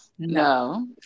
No